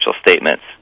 statements